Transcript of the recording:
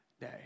day